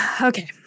okay